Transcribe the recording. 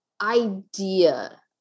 idea